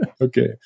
Okay